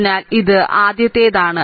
അതിനാൽ ഇത് ആദ്യത്തേതാണ്